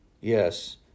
Yes